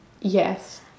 Yes